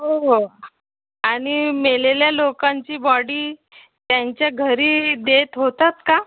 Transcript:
हो हो आणि मेलेल्या लोकांची बॉडी त्यांच्या घरी देत होतात का